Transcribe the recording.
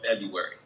february